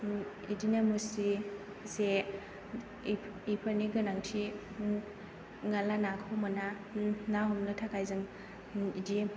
बिदिनो मुस्रि जे बेफोरनि गोनांथि नङाब्ला नाखौ मोना ना हमनो थाखाय जों बिदि